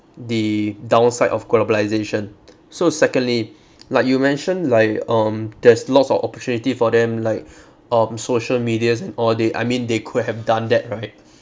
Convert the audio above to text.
the downside of globalisation so secondly like you mentioned like um there's lots of opportunity for them like um social medias and all they I mean they could have done that right